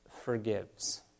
forgives